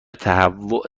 تهوع